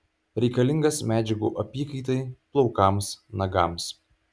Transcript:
reikalingas medžiagų apykaitai plaukams nagams